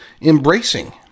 embracing